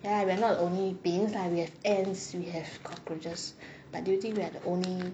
ya we're not only beings lah we have ants we have cockroaches but do you think we're the only